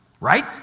right